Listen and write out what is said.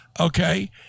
Okay